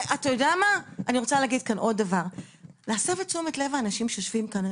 דבר נוסף כדי להסב את תשומת לב האנשים שיושבים כאן.